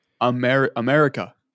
America